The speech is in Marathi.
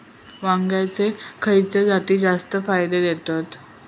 वांग्यातले खयले जाती जास्त फायदो देतत?